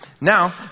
Now